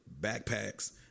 backpacks